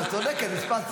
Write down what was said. את צודקת, משפט סיכום.